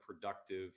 productive